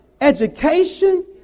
education